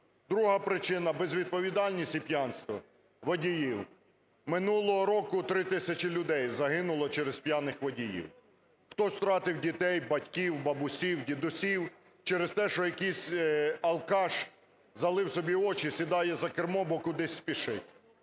Друга причина – безвідповідальність і п'янство водіїв. Минулого року три тисячі людей загинуло через п'яних водіїв. Хтось втратив дітей, батьків, бабусів, дідусів через те, що якийсь алкаш залив собі очі, сідає за кермо, бо кудись спішить.